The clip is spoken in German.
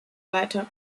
weiter